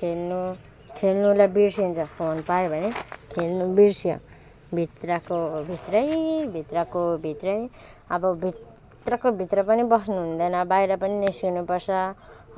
खेल्नु खेल्नुलाई बिर्सिन्छ फोन पायो भने खेल्नु बिर्स्यो भित्रको भित्रै भित्रको भित्रै अब भित्रको भित्र पनि बस्नुहुँदैन बाहिर पनि निस्किनुपर्छ